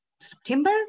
September